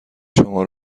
شما